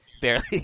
barely